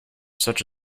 such